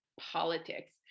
politics